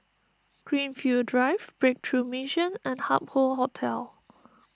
Greenfield Drive Breakthrough Mission and Hup Hoe Hotel